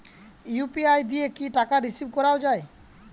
UPI দিয়ে কি টাকা রিসিভ করাও য়ায়?